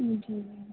हूं जी